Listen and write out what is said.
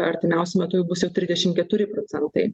artimiausiu metu jau bus jau trisdešim procentai